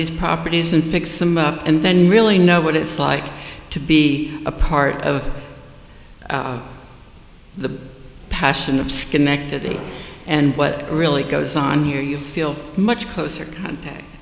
these properties and fix them up and then really know what it's like to be a part of the passion of schenectady and what really goes on here you feel much closer